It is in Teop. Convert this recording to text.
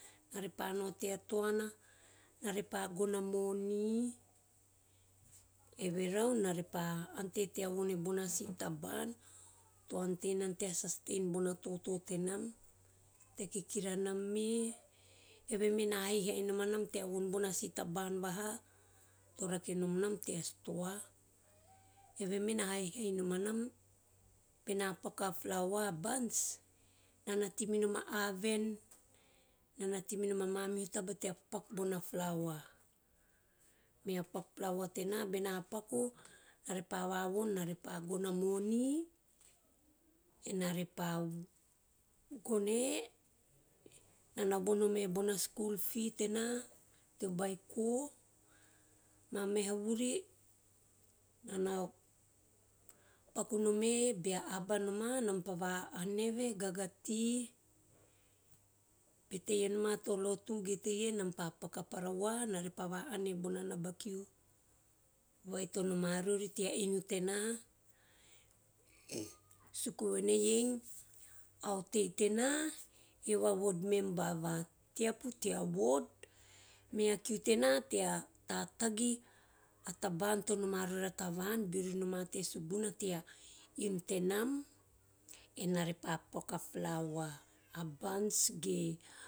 Na repa nao tea toana ena repa gono a minon, eve nau enarepa ante tea von e bona si taba`an to ante nana tea sustain naba toto tenam, tea kikira anam me, eveme no haihai nom a naim tea von bana si taba`an vaha to rakenom nam tea stoa, eve me no haihai nom anam! Bena paku a flawa a buns, ena ta tei minom a oven, enana tei minom a mamihu taba mene paku bona flawa, mena paku flawa tena bena paku ena repa vavon, na reppa gono a moni ena repa gono e, ena na von, nom e bona skul fee tena, teo beiko temahu vuri ena na pakunom e bea aba noma nam repa va ann e bona naba kiu vai to noma rori tea inu tena, suku veneiei a otei tena eove a ward memba va teapu tea ward mea kiu tena tea tatagi a taba an to noma vori a tavan beori noma tea sugunna tea inu tenam ena re pa paku a flawa a buns ge.